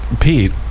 Pete